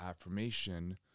affirmation